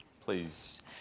please